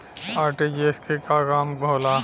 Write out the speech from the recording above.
RTGS के का काम होला?